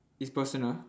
it's personal